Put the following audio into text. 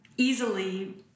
Easily